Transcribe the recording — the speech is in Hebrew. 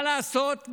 מה לעשות,